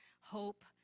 hope